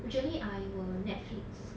usually I will Netflix